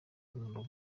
rugo